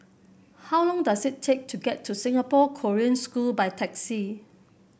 how long does it take to get to Singapore Korean School by taxi